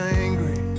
angry